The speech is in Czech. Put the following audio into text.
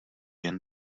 jen